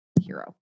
hero